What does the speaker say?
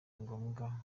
ngombwa